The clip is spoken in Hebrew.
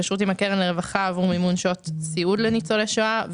התקשרות עם הקרן לרווחה עבור מימון שעות סיעוד לניצולי שואה,